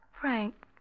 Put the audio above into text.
Frank